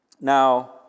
Now